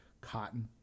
cotton